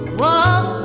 walk